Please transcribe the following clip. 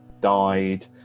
died